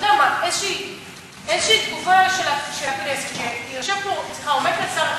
איזושהי תגובה של הכנסת שעומד כאן שר החינוך,